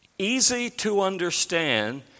easy-to-understand